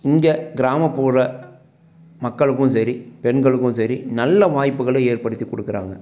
இங்கே கிராமப்புற மக்களுக்கும் சரி பெண்களுக்கும் சரி நல்ல வாய்ப்புகளை ஏற்படுத்திக் கொடுக்குறாங்க